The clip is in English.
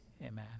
Amen